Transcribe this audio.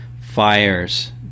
Fires